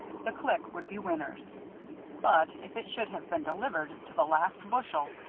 the clique would be winners but if it should have been delivered, to the last bushel,